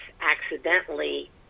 accidentally